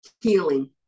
healing